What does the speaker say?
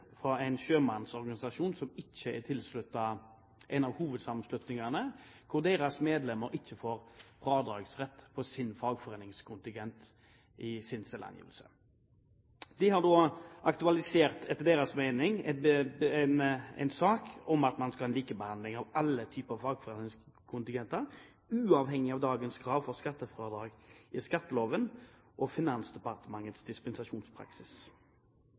sjømannsorganisasjon som ikke er tilsluttet en av hovedsammenslutningene, ikke får fradragsrett i selvangivelsen for sin fagforeningskontingent. Det har etter deres mening aktualisert en sak om at man skal ha likebehandling av alle typer fagforeningskontingenter, uavhengig av dagens krav når det gjelder skattefradrag, i skatteloven og Finansdepartementets dispensasjonspraksis.